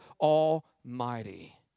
Almighty